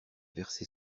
versé